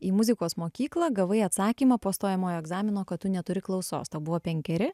į muzikos mokyklą gavai atsakymą po stojamojo egzamino kad tu neturi klausos tau buvo penkeri